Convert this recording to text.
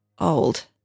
old